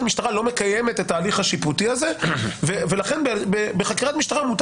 משטרה לא מקיימת את ההליך השיפוטי הזה ולכן בחקירת משטרה מותר